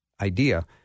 idea